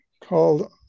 called